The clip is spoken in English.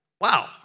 Wow